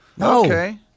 Okay